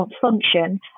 function